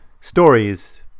stories